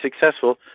successful